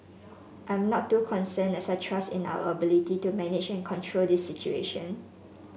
I'm not too concerned as I trust in our ability to manage and control this situation